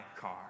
car